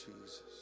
Jesus